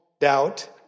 doubt